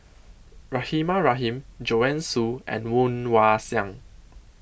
Rahimah Rahim Joanne Soo and Woon Wah Siang